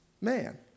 man